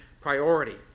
priority